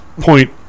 point